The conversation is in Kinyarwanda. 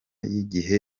y’igihe